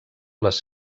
les